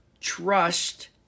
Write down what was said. trust